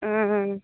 ᱢᱻ